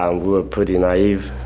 ah were pretty naive,